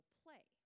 play